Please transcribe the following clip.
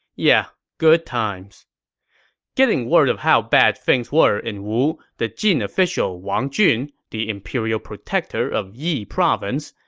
yeah, good times getting word of how bad things were in wu, the jin official wang jun, the imperial protector of yi province,